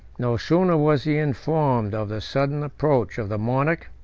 no sooner was he informed of the sudden approach of the monarch,